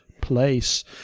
Place